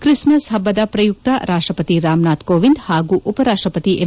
Christmas ಹಬ್ಬದ ಪ್ರಯುಕ್ತ ರಾಷ್ಟಪತಿ ರಾಮನಾಥ್ ಕೋವಿಂದ್ ಹಾಗೂ ಉಪರಾಷ್ಟಪತಿ ಎಂ